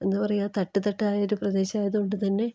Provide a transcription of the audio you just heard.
എന്താ പറയുക തട്ട് തട്ടായൊരു പ്രദേശം ആയതുകൊണ്ട് തന്നെ